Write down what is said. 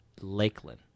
Lakeland